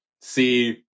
see